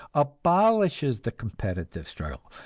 abolishes the competitive struggle,